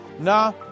Nah